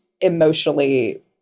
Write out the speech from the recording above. emotionally